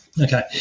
Okay